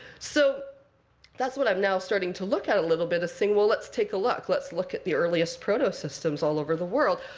so that's what i'm now starting to look at a little bit, is saying, well, let's take a look. let's look at the earliest proto-systems all over the world.